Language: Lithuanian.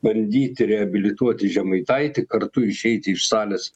bandyti reabilituoti žemaitaitį kartu išeiti iš salės